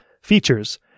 features